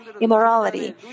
immorality